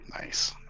Nice